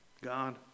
God